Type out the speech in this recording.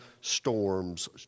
storms